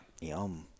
yum